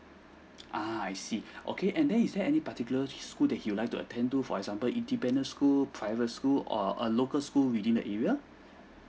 uh I see okay and then is there any particular school that he would like to attend to for example independent school private school or a local school within the area